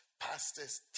pastors